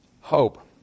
hope